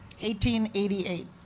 1888